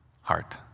heart